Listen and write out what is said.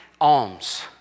alms